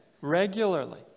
regularly